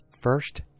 first